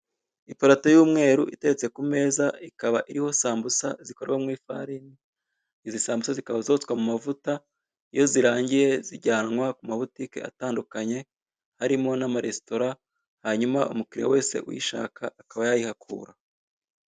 Iparato y'umweru iteretse ku meza, ikaba iriho sambusa zikorwa mu ifarini, izi sambusa zikaba zotswa mu mavuta, iyo zirangiye zijyanwa mu mabutike atandukanye, harimo n'amaresitora, hanyuma umukiriya wese uyishaka, akaba yayihakura.